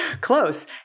Close